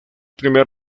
primer